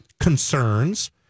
concerns